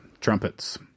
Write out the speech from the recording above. trumpets